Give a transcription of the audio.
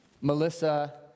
Melissa